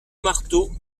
marteau